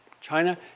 China